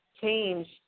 change –